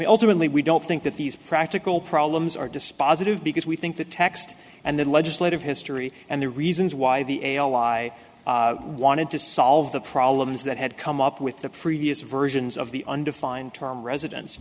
ultimately we don't think that these practical problems are dispositive because we think the text and the legislative history and the reasons why the l i wanted to solve the problems that had come up with the previous versions of the undefined term residents